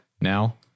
now